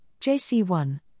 JC1